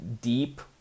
deep